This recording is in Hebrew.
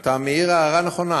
אתה מעיר הערה נכונה,